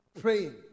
Praying